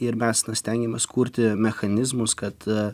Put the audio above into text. ir mes stengiamės kurti mechanizmus kad